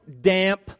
damp